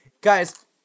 Guys